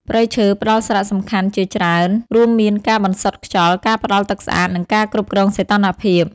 ព្រៃឈើផ្តល់សារៈសំខាន់ៗជាច្រើន រួមមានការបន្សុទ្ធខ្យល់ ការផ្តល់ទឹកស្អាត និងការគ្រប់គ្រងសីតុណ្ហភាព។